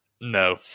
No